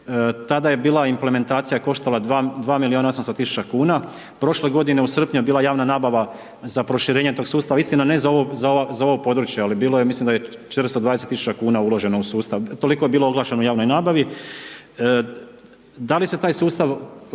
Tada je bila implementacija koštala 2 milijuna 800 tisuća kuna. Prošle godine u srpnju je bila javna nabava za proširenje tog sustava, istina ne za ovo područje, ali bilo je, mislim da je 420 tisuća kuna uloženo u sustav, toliko je bilo oglašeno u javnoj nabavi. Da li se taj sustav